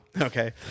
Okay